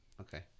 Okay